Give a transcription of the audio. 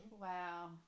Wow